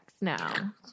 now